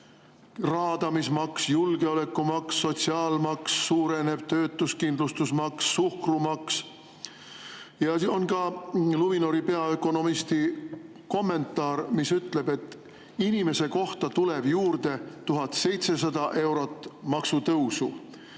raadamismaks, julgeolekumaks, sotsiaalmaks, töötuskindlustusmaks, suhkrumaks. Ja [artiklis] on Luminori peaökonomisti kommentaar, mis ütleb, et inimese kohta tuleb juurde 1700 eurot maksutõusu.